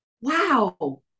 wow